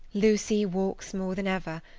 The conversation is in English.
lucy walks more than ever,